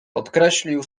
podkreślił